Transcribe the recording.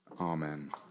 Amen